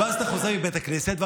אתה חוזר מבית הכנסת,